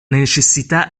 necessità